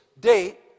date